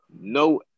No